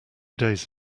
days